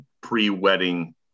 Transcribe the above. pre-wedding